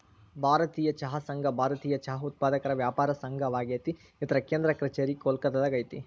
ಭಾರತೇಯ ಚಹಾ ಸಂಘ ಭಾರತೇಯ ಚಹಾ ಉತ್ಪಾದಕರ ವ್ಯಾಪಾರ ಸಂಘವಾಗೇತಿ ಇದರ ಕೇಂದ್ರ ಕಛೇರಿ ಕೋಲ್ಕತ್ತಾದಾಗ ಐತಿ